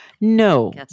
No